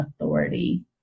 authority